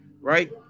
right